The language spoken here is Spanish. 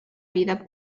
vida